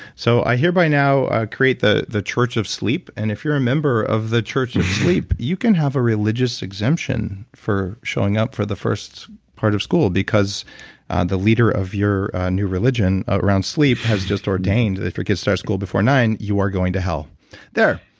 so i hereby now ah create the the church of sleep, and if you're a member of the church of sleep, you can have a religious exemption for showing up for the first part of school because the leader of your new religion around sleep has just ordained that if your kid starts school before nine zero, you are going to hell there,